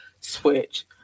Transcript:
switch